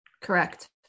correct